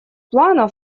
плана